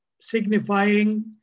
signifying